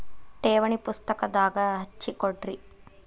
ಠೇವಣಿ ಪುಸ್ತಕದಾಗ ಹಚ್ಚಿ ಕೊಡ್ರಿ